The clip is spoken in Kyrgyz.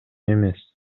эмес